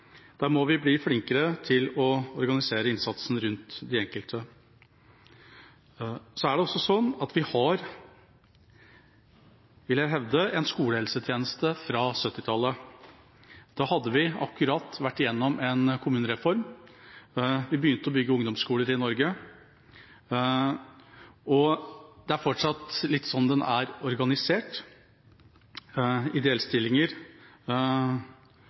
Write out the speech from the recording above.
må vi bli flinkere til å organisere innsatsen rundt den enkelte. Så har vi – vil jeg hevde – en skolehelsetjeneste fra 1970-tallet. Da hadde vi akkurat vært igjennom en kommunereform, vi begynte å bygge ungdomsskoler i Norge. Det er fortsatt litt sånn den er organisert